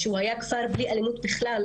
שהוא היה כפר בלי אלימות בכלל,